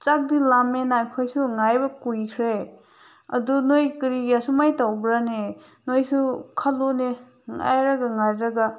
ꯆꯥꯛꯇꯤ ꯂꯥꯝꯃꯦꯅ ꯑꯩꯈꯣꯏꯁꯨ ꯉꯥꯏꯕ ꯀꯨꯏꯈ꯭ꯔꯦ ꯑꯗꯨ ꯅꯣꯏ ꯀꯔꯤꯒꯤ ꯑꯁꯨꯃꯥꯏ ꯇꯧꯕ꯭ꯔꯥꯅꯦ ꯅꯣꯏꯁꯨ ꯈꯜꯂꯨꯅꯦ ꯉꯥꯏꯔꯒ ꯉꯥꯏꯖꯔꯒ